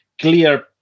clear